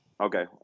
Okay